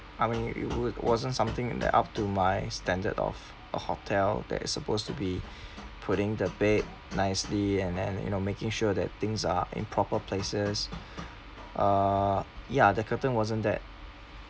I mean it wa~ wasn't something that up to my standard of a hotel that it's supposed to be putting the bed nicely and then you know making sure that things are in proper places uh ya the curtain wasn't that